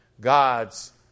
God's